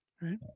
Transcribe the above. right